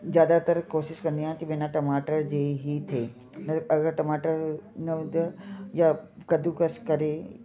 ज़्यादातर कोशिशि कंदी आहियां की बिना टमाटर जे ई थिए न त अगरि टमाटर न हूंदो आहे या कद्दूकस करे